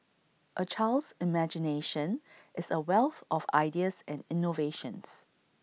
A child's imagination is A wealth of ideas and innovations